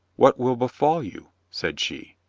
what will befall you? said she.